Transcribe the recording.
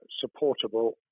supportable